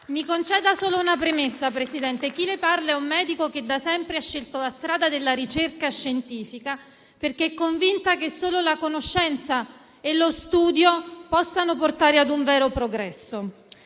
Mi conceda soltanto una premessa, Presidente. Chi le parla è un medico che da sempre ha scelto la strada della ricerca scientifica perché convinta che solo la conoscenza e lo studio possano portare a un vero progresso.